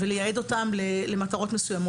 ולייעד אותם למטרות מסוימות.